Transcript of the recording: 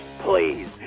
Please